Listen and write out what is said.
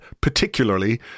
particularly